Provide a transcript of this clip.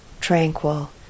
tranquil